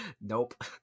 Nope